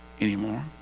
anymore